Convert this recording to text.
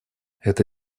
это